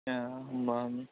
ए होनबा